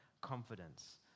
confidence